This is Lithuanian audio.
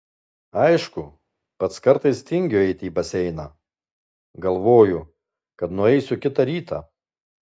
aišku pats kartais tingiu eiti į baseiną galvoju kad nueisiu kitą rytą